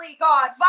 God